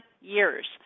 years